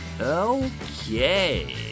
Okay